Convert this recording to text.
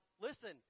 listen